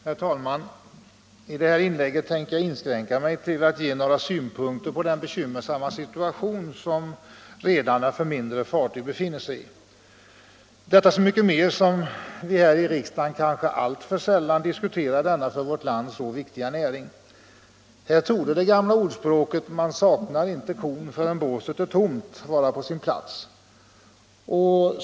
Herr talman! I det här inlägget tänker jag inskränka mig till att ge några synpunkter på den bekymmersamma situation som redare för mindre fartyg befinner sig i, detta så mycket mer som vi här i riksdagen kanske alltför sällan diskuterar denna för vårt land så viktiga näring. Här torde det gamla ordspråket att ”man saknar inte kon förrän båset är tomt” vara på sin plats.